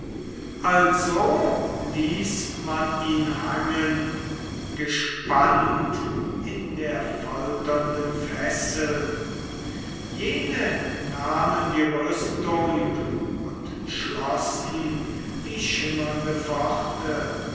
also ließ man ihn hangen gespannt in der folternden fessel jene nahmen die rüstung und schlossen die schimmernde pforte